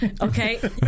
okay